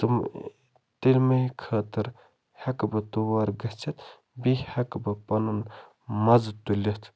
تِم تمے خٲطر ہیٚکہٕ بہٕ تور گٔژتھ بیٚیہِ ہیٚکہِ بہٕ پنُن مَزٕ تُلِتھ